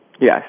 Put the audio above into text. Yes